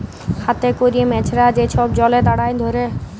হাতে ক্যরে মেছরা যে ছব জলে দাঁড়ায় ধ্যরে